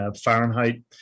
Fahrenheit